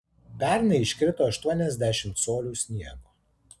pernai iškrito aštuoniasdešimt colių sniego